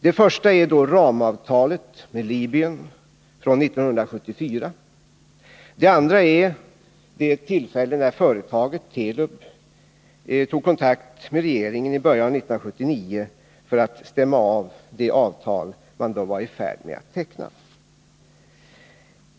Det första är ramavtalet med Libyen från 1974. Det andra är det tillfälle då företaget Telub tog kontakt med regeringen i början av 1979 för att stämma av det avtal man då var i färd med att teckna.